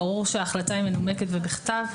ברור שההחלטה היא מנומקת ובכתב.